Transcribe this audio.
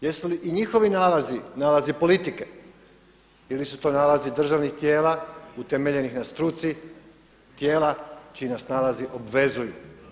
Jesu li i njihovi nalazi, nalazi politike ili su to nalazi državnih tijela utemeljenih na struci tijela čiji nas nalazi obvezuju.